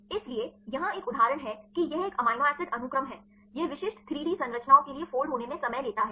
इसलिए यहां एक उदाहरण है कि यह एक एमिनो एसिड अनुक्रम है यह विशिष्ट 3 डी संरचनाओं के लिए फ़ोल्ड होने मैं समय लेता है